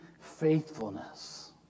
faithfulness